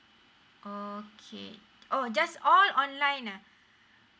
okay oh just all online uh